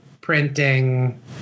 printing